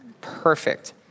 Perfect